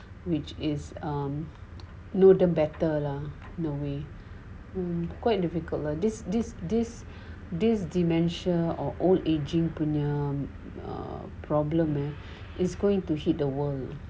which is err no the better lah no way I'm quite difficult lah this this this this dementia or old aging punya err problem eh it's going to hit the world